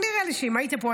אבל נראה לי שאם היית פה,